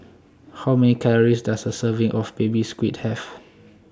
How Many Calories Does A Serving of Baby Squid Have